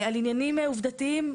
על עניינים עובדתיים,